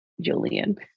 Julian